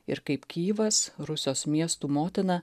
ir kaip kijevas rusijos miestų motina